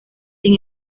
sin